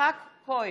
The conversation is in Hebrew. יצחק כהן,